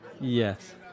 Yes